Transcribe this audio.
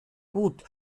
gut